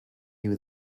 you